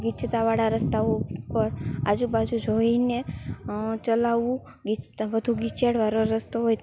ગીચતાવાળા રસ્તાઓ ઉપર આજુબાજુ જોઈને ચલાવવું ગીચતા વધુ ગીચ વાળો રસ્તો હોય